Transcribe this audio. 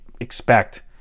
expect